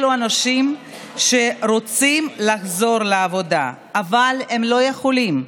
אלה אנשים שרוצים לחזור לעבודה, אבל הם לא יכולים.